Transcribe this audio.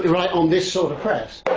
right, on this sort of press.